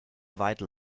vital